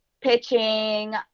pitching